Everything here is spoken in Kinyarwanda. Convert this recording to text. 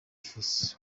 force